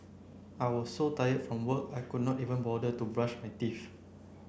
I was so tired from work I could not even bother to brush my teeth